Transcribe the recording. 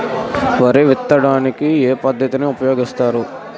వరి విత్తడానికి ఏ పద్ధతిని ఉపయోగిస్తారు?